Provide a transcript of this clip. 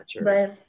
right